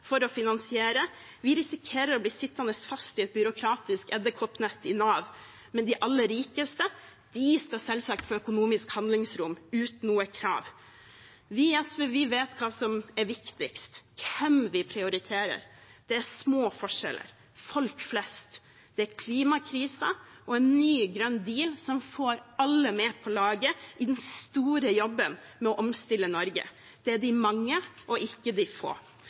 for å finansiere, risikerer å bli sittende fast i et byråkratisk edderkoppnett i Nav, men de aller rikeste skal selvsagt få økonomisk handlingsrom uten noen krav. Vi i SV vet hva som er viktigst, hvem vi prioriterer. Det er små forskjeller, folk flest, det er klimakrisen og en ny grønn deal som får alle med på laget i den store jobben med å omstille Norge. Det er de mange og ikke de få.